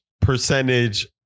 percentage